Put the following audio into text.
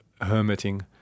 hermiting